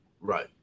Right